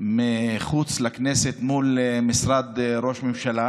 מחוץ לכנסת, מול משרד ראש הממשלה,